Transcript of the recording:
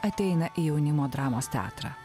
ateina į jaunimo dramos teatrą